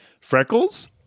Freckles